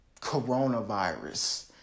coronavirus